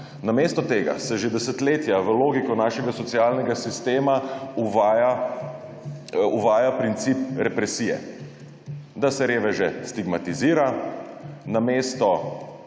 Namesto tega se že desetletja v logiko našega socialnega sistema uvaja princip represije, da se reveže stigmatizira.